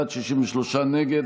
63 נגד.